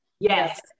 Yes